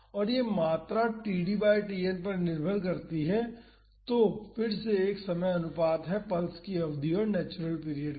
और यह मात्रा td बाई Tn पर निर्भर करती है जो फिर से एक समय अनुपात है पल्स की अवधि और नेचुरल पीरियड का